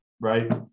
right